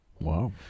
Wow